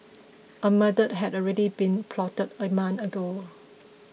a murder had already been plotted a month ago